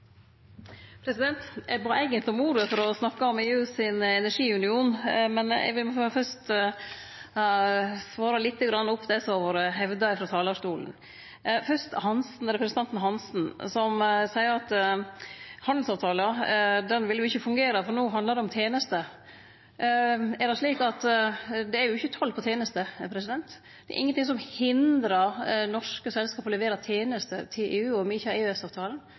Eg bad eigentleg om ordet for å snakke om EU sin energiunion, men eg vil fyrst svare litt på det som har vore hevda frå talarstolen. Fyrst til representanten Hansen, som seier at handelsavtalen vil ikkje fungere, for no handlar det om tenester. Det er jo ikkje toll på tenester. Det er ingenting som hindrar norske selskap i å levere tenester til EU om me ikkje